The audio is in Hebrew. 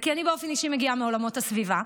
ובאופן אישי אני מגיעה מעולמות הסביבה.